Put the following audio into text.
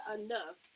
enough